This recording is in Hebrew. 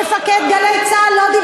חבל שמפקד "גלי צה"ל" הוא חבר אש"ף.